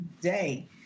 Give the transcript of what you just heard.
day